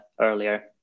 earlier